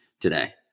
today